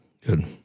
Good